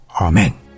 Amen